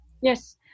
Yes